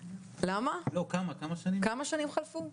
כמה שנים חלפו?